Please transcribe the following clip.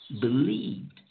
believed